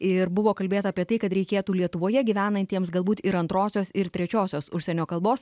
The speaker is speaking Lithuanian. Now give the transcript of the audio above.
ir buvo kalbėta apie tai kad reikėtų lietuvoje gyvenantiems galbūt ir antrosios ir trečiosios užsienio kalbos